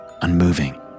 unmoving